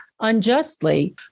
unjustly